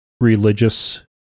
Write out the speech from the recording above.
religious